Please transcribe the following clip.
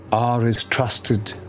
are as trusted